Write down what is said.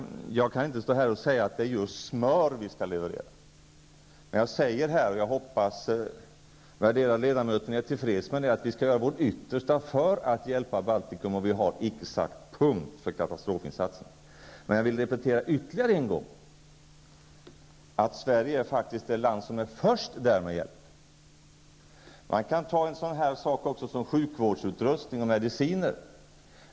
Jag kan inte stå här och säga att det är just smör vi skall leverera. Men jag säger, och jag hoppas att den värderade ledamoten är till freds med det, att vi skall göra vårt yttersta för att hjälpa Baltikum. Vi har icke satt punkt för katastrofinsatserna. Jag repeterar ytterligare en gång att Sverige faktiskt är det land som var först där med hjälp. Man kan ta upp en sådan sak som sjukvårdsutrustning och mediciner.